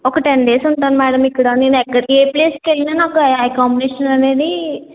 ఒక ten days ఉంటాను madam ఇక్కడ నేను ఎక్కడికి ఏ ప్లేస్కి వెళ్ళినా నాకు ఎకామిడేషన్ అనేది